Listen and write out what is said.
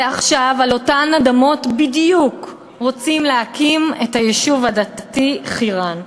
ועכשיו על אותן אדמות בדיוק רוצים להקים את היישוב הדתי חירן.